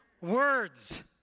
words